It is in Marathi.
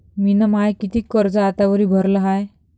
मिन माय कितीक कर्ज आतावरी भरलं हाय?